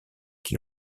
qui